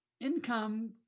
Income